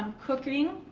um cooking,